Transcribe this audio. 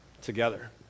together